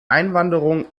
einwanderung